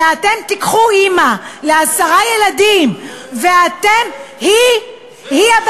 ואתם תיקחו אימא לעשרה ילדים והיא הבעיה?